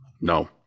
No